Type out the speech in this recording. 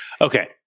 Okay